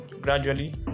gradually